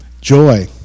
joy